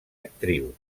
actriu